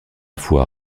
fois